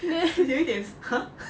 有一点 !huh!